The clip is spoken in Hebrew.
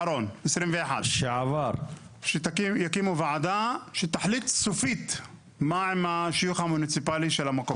2021 שיקימו ועדה שתחליט סופית מה השיוך המוניצפאלי של המקום.